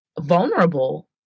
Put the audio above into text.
vulnerable